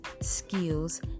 skills